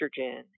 estrogen